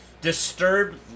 Disturbed